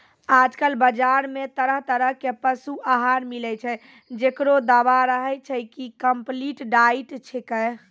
आजकल बाजार मॅ तरह तरह के पशु आहार मिलै छै, जेकरो दावा रहै छै कि कम्पलीट डाइट छेकै